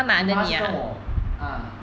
没有她是跟我 ah